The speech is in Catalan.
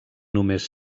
només